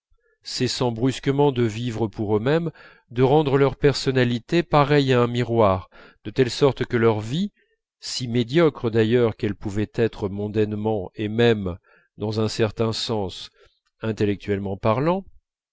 cessant brusquement de vivre pour eux-mêmes de rendre leur personnalité pareille à un miroir de telle sorte que leur vie si médiocre d'ailleurs qu'elle pouvait être mondainement et même dans un certain sens intellectuellement parlant